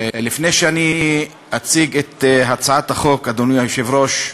לפני שאני אציג את הצעת החוק, אדוני היושב-ראש,